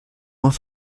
moins